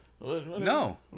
No